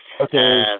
Okay